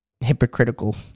hypocritical